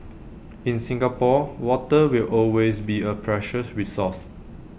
in Singapore water will always be A precious resource